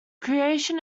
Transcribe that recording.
creation